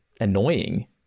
annoying